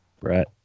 Brett